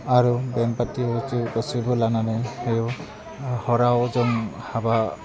आरो बेमफार्थि फुथि गासैबो लानानै बेयाव हराव जों हाबा